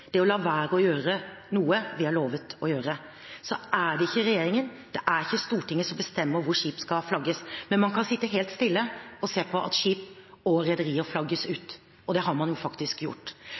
er å la være å gjøre noe vi har lovet å gjøre. Så er det ikke regjeringen og ikke Stortinget som bestemmer hvor skip skal flagges. Men man kan sitte helt stille og se på at skip og rederier flagges ut, og det har man faktisk gjort.